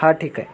हां ठीक आहे